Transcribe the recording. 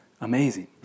Amazing